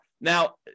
Now